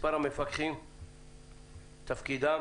מספר המפקחים, תפקידם.